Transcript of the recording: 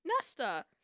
Nesta